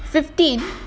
fifteen